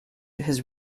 his